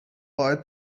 boy